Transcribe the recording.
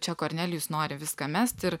čia kornelijus nori viską mest ir